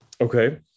Okay